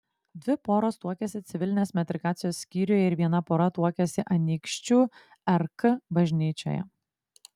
dvi poros tuokėsi civilinės metrikacijos skyriuje ir viena pora tuokėsi anykščių rk bažnyčioje